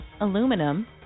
aluminum